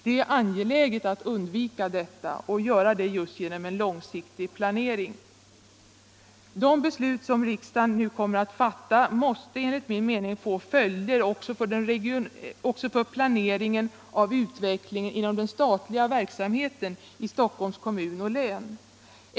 Det är angeläget att undvika detta, just genom en långsiktig planering. De beslut som riksdagen i dag kommer att fatta måste enligt min mening få följder också för planeringen av utvecklingen inom den statliga verksamheten i Stockholms kommun och län.